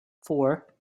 four